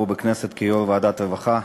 בכנסת כיושב-ראש ועדת העבודה והרווחה,